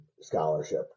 scholarship